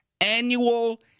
annual